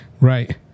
Right